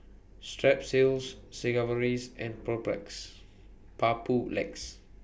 Strepsils Sigvaris and Papulex